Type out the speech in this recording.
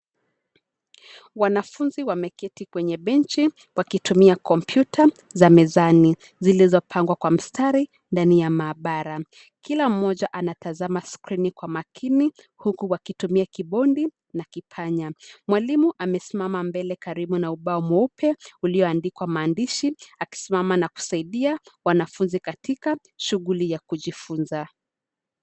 Wanafunzi wameketi kwenye benchi; wakitumia kompyuta za mezani, zilizopangwa kwa mstari ndani ya maabara. Kila mmoja anatazama skrini kwa makin,i huku wakitumia kibodi na kipanya. Mwalimu amesimama mbele, karibu na ubao mweupe, ulioandikwa maandishi; akisimama na kusaidia wanafunzi katika shughuli ya kujifunza.